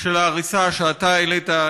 של ההריסה שאתה העלית,